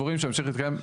להתקיים,